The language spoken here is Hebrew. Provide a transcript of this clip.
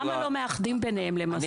למה לא מאחדים ביניהם למעשה?